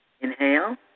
Inhale